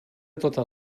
totes